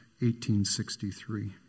1863